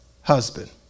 husband